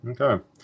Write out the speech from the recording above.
okay